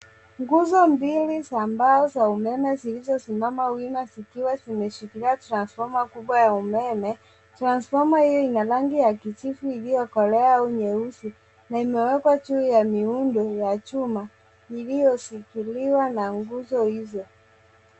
Nguzo mbili za mbao za umeme zilizosimama wima zikiwa zimeshikilia transformer kubwa ya umeme. Transformer hiyo ina rangi ya kijivu iliyokolea au nyeusi na imewekwa juu ya miundo ya chuma iliyoshikiliwa na nguzo hizo.